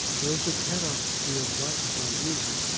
those who cannot be enlightened by reason,